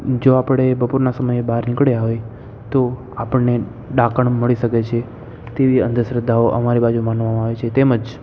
જો આપણે બપોરના સમયે બાર નીકળ્યા હોઈએ તો આપણને ડાકણ મળી શકે છે તેવી અંધશ્રદ્ધાઓ અમારી બાજુનો હોય છે તેમજ